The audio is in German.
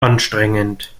anstrengend